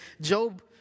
Job